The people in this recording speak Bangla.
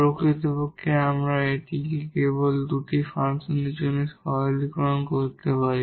প্রকৃতপক্ষে আমরা এটিকে কেবল দুটি ফাংশনের জন্যই সাধারণীকরণ করতে পারি